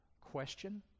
question